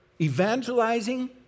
Evangelizing